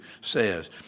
says